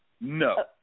No